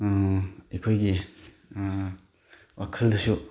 ꯑꯩꯈꯣꯏꯒꯤ ꯋꯥꯈꯜꯗꯁꯨ